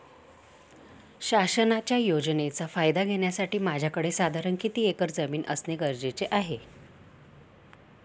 शासनाच्या योजनेचा फायदा घेण्यासाठी माझ्याकडे साधारण किती एकर जमीन असणे गरजेचे आहे?